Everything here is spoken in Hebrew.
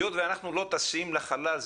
היות ואנחנו לא טסים לחלל,